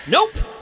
Nope